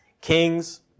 Kings